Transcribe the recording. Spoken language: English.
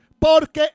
porque